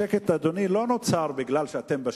השקט, אדוני, לא נוצר כי אתם בשלטון.